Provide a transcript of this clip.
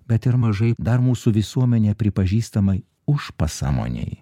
bet ir mažai dar mūsų visuomenėj pripažįstamai už pasąmonėj